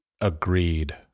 Agreed